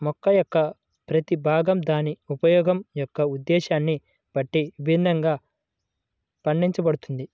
మొక్క యొక్క ప్రతి భాగం దాని ఉపయోగం యొక్క ఉద్దేశ్యాన్ని బట్టి విభిన్నంగా పండించబడుతుంది